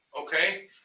okay